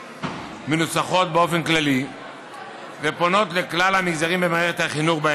מנוסחות באופן כללי ופונות לכלל המגזרים במערכת החינוך,